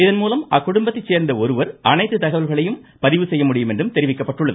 இதன்மூலம் அக்குடும்பத்தை சேர்ந்த ஒருவர் அனைத்து தகவல்களையும் பதிவு செய்ய முடியும் என்றும் தெரிவிக்கப்பட்டுள்ளது